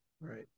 Right